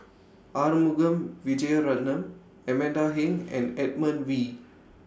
Arumugam Vijiaratnam Amanda Heng and Edmund Wee